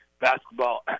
basketball